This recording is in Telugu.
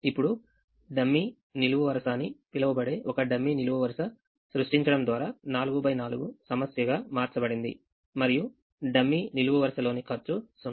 ఇప్పుడు డమ్మీ నిలువు వరుస అని పిలువబడే ఒక డమ్మీనిలువు వరుస సృష్టించడం ద్వారా 4x4 సమస్యగా మార్చబడింది మరియు డమ్మీ నిలువు వరుసలోని ఖర్చు 0